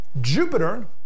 Jupiter